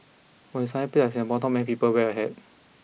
for a sunny place like Singapore not many people wear a hat